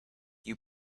you